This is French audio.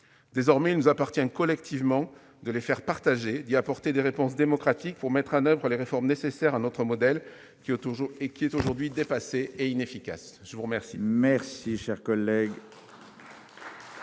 Désormais, il nous appartient collectivement de partager ces questions, d'y apporter des réponses démocratiques pour mettre en oeuvre les réformes nécessaires de notre modèle, qui est aujourd'hui dépassé et inefficace. La parole